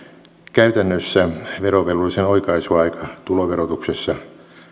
käytännössä verovelvollisen oikaisuaika tuloverotuksessa